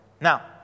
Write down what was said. Now